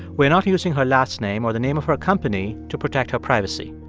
we're not using her last name or the name of her company to protect her privacy.